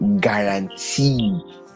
guarantee